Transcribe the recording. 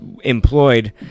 employed